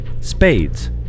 Spades